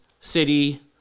city